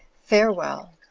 farewell.